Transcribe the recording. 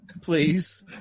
please